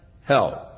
help